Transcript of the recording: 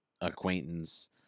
acquaintance